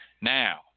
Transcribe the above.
Now